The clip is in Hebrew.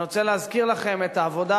ואני רוצה להזכיר לכם את העבודה,